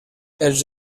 els